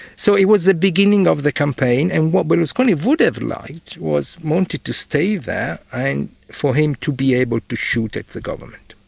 so it was the beginning of the campaign, and what berlusconi would have liked was monti to stay there and for him to be able to shoot at the government.